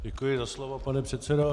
Děkuji za slovo, pane předsedo.